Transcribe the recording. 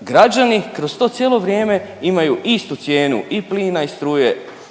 građani kroz to cijelo vrijeme imaju istu cijenu i plina i struje